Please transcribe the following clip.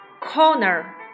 corner